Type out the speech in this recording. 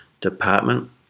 department